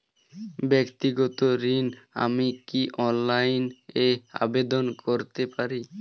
ব্যাক্তিগত ঋণ আমি কি অনলাইন এ আবেদন করতে পারি?